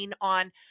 on